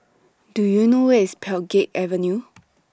Do YOU know Where IS Pheng Geck Avenue